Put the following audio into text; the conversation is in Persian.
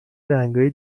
رنگای